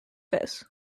this